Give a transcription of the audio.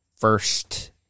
first